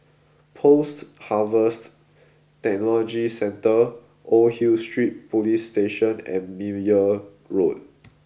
Post Harvest Technology Centre Old Hill Street Police Station and Meyer Road